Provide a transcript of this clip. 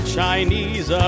Chinese